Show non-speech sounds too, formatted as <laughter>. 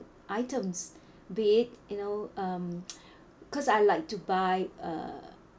items bid you know um <noise> because I like to buy uh